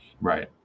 Right